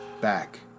Back